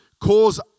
cause